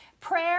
Prayer